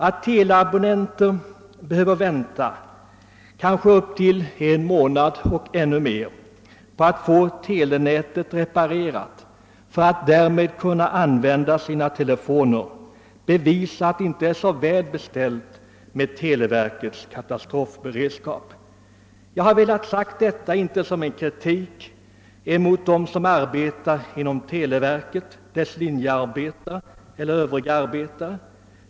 Att teleabonnenter måste vänta en månad eller kanske ännu längre på att få telenätet reparerat, så att de kan använda sina telefoner, visar att det inte är så väl beställt med televerkets katastrofberedskap. Jag har velat säga detta inte som kritik mot linjearbetarna eller övriga arbetare i televerket.